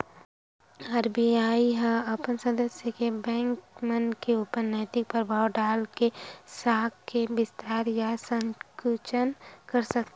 RBI ह अपन सदस्य बेंक मन ऊपर नैतिक परभाव डाल के साख के बिस्तार या संकुचन कर सकथे